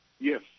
Yes